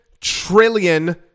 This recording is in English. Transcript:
trillion